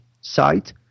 site